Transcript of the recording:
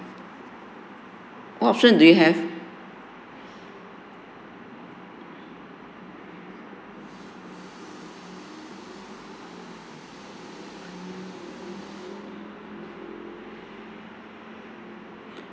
what options do you have